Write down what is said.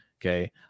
okay